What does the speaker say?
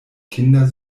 kinder